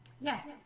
Yes